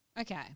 Okay